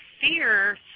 fear